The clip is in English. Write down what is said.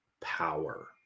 power